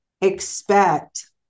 expect